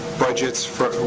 budgets for,